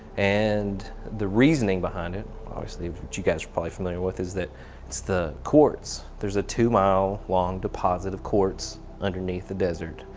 and the reasoning behind it, obviously what you guys are probably familiar with is that it's the quartz. there's a two-mile long deposit of quartz underneath the desert.